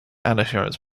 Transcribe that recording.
assurance